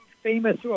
famous